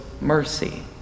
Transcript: mercy